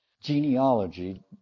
genealogy